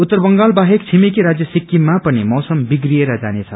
उत्तर बंगाल बाहेक छिमेकी राज्य सिक्किममा पनि मौसम विश्रिएर जानेछ